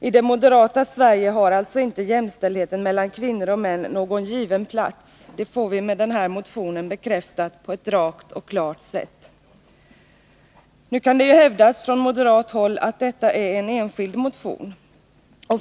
I det moderata Sverige har alltså inte jämställdheten mellan kvinnor och män någon given plats — det får vi med den här motionen bekräftat på ett rakt och klart sätt. Nu kan ju det hävdas från moderat håll att detta är en enskild motion.